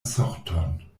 sorton